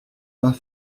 pas